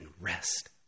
rest